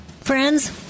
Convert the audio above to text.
Friends